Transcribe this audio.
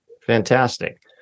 Fantastic